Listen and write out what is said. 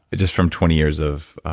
just from twenty years of